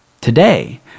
Today